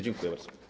Dziękuję bardzo.